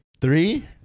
Three